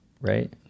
right